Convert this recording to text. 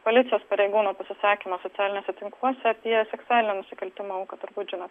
policijos pareigūno pasisakymą socialiniuose tinkluose apie seksualinių nusikaltimų auką turbūt žinot